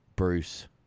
Bruce